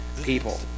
people